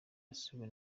yasuwe